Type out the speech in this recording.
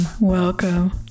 Welcome